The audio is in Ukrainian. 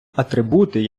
атрибути